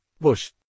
Bush